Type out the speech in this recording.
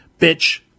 bitch